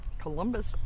Columbus